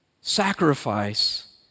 sacrifice